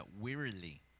wearily